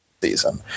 season